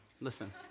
listen